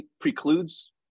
precludes